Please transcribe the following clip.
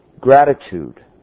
Gratitude